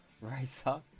Racer